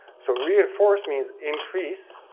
so reinforce means increase,